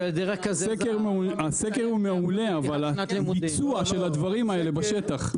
הסקר הוא מעולה, אבל הביצוע של הדברים האלה בשטח.